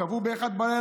קבעו ב-01:00,